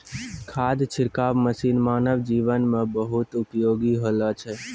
खाद छिड़काव मसीन मानव जीवन म बहुत उपयोगी होलो छै